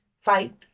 Fight